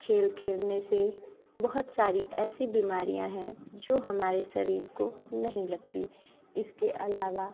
खेल खेलने से बहुत सारी ऐसी बीमारियां है जो हमारे शरीर को नहीं लगती इसके अलावा